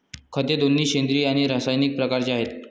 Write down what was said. खते दोन्ही सेंद्रिय आणि रासायनिक प्रकारचे आहेत